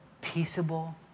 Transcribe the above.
peaceable